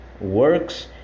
works